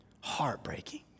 Heartbreaking